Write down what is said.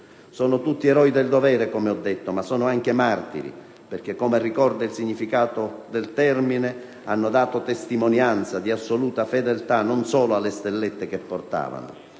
Sono tutti eroi del dovere, come ho detto, ma sono anche martiri perché, come ricorda il significato del termine, hanno dato testimonianza di assoluta fedeltà non solo alle stellette che portavano,